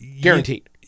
Guaranteed